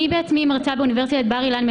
אני עצמי מרצה באוניברסיטת בר-אילן.